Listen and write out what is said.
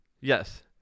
Yes